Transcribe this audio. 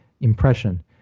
impression